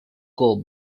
carl